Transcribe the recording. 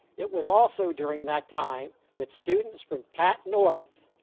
it was also during that time that students from cat-north,